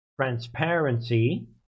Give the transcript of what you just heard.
transparency